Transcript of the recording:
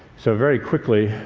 so, very quickly,